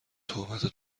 تهمت